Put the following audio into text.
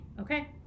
Okay